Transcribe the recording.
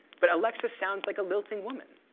but alexis sounds like a lilting woman.